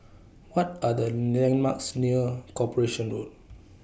What Are The landmarks near Corporation Road